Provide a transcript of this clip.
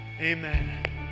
Amen